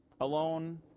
alone